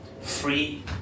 free